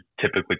typically